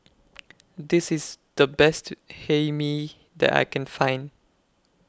This IS The Best Hae Mee that I Can Find